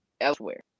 elsewhere